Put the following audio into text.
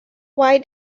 why